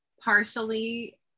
Partially